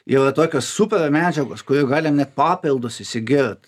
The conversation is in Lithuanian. yra tokios supermedžiagos kurių galim net papildus įsigijot